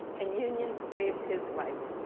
and unions saved his life.